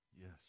Yes